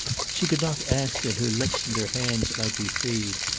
she could not ask that her lips and her hands might be freed.